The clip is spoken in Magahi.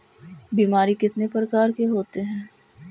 बीमारी कितने प्रकार के होते हैं?